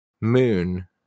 Moon